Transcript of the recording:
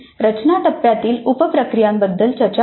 रचना टप्प्यातील उप प्रक्रियांबद्दल चर्चा करू